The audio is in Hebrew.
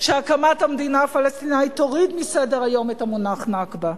שהקמת המדינה הפלסטינית תוריד מסדר-היום את המונח "נכבה".